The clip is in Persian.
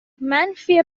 منفی